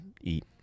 eat